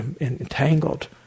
entangled